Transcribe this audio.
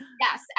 Yes